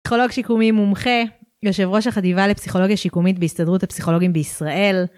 פסיכולוג שיקומי מומחה, יושב ראש החטיבה לפסיכולוגיה שיקומית בהסתדרות הפסיכולוגים בישראל.